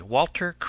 Walter